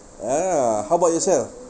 ya how about yourself